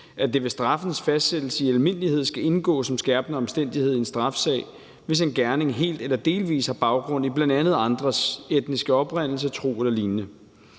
at det ved straffens fastsættelse i almindelighed skal indgå som skærpende omstændighed i en straffesag, hvis en gerning helt eller delvis har baggrund i bl.a. andres etniske oprindelse, tro eller lignende.